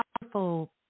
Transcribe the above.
powerful